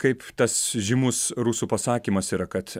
kaip tas žymus rusų pasakymas yra kad